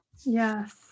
yes